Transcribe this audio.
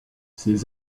ces